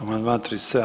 Amandman 37.